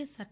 yes are